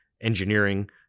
engineering